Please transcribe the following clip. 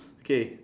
okay